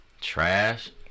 Trash